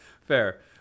Fair